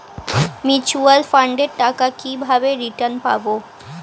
Mutual ফান্ডের টাকা কিভাবে রিটার্ন পাব?